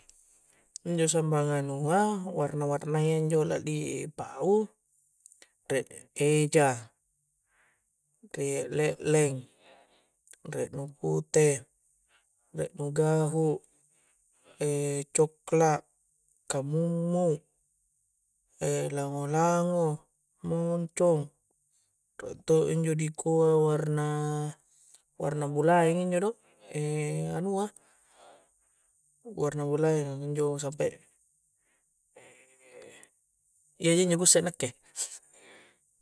Injo samang anua warna-warnayya injo la di pau riek eja riek lekleng, riek nu pute riek nu gahu cokla', kamummu lango-lango moncong riek to' injo dikua warna-warna bulaeng injo do anua warna bualeng injo mo sumpae ee iyaji injo ku usse nakke